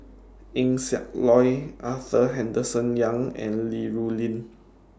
Eng Siak Loy Arthur Henderson Young and Li Rulin